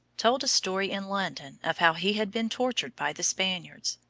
told a story in london of how he had been tortured by the spaniards.